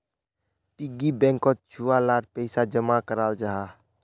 piggy बैंकोत छुआ लार पैसा जमा कराल जाहा